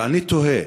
ואני תוהה,